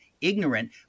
ignorant